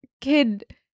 kid